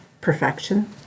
perfection